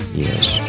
Yes